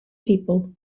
people